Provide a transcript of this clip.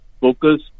focus